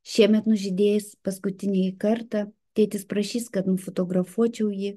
šiemet nužydės paskutinųjų kartą tėtis prašys kad nufotografuočiau jį